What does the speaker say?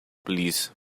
please